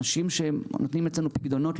אנשים שנותנים אצלנו פיקדונות.